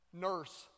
nurse